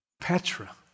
Petra